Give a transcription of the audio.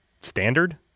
standard